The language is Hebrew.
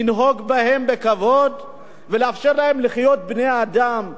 לנהוג בהם בכבוד ולאפשר להם לחיות כבני-אדם,